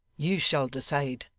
you shall decide